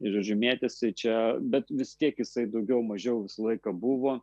ir žodžiu mėtėsi čia bet vis tiek jisai daugiau mažiau visą laiką buvo